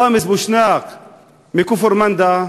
ראמז בושנאק מכפר-מנדא,